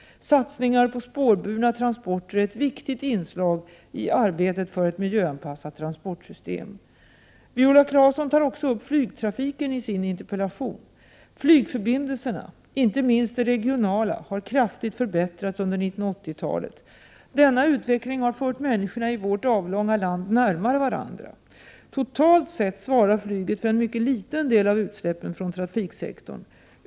Statsningar på spårbundna transporter är ett viktigt inslag i arbetet för ett miljöanpassat transportsystem. Viola Claesson tar också upp flygtrafiken i sin interpellation. Flygförbindelserna, inte minst de regionala, har kraftigt förbättrats under 1980-talet. Denna utveckling har fört människorna i vårt avlånga land närmare varandra. Totalt sett svarar flyget för en mycket liten del av utsläppen från trafiksektorn.